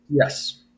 Yes